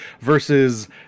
versus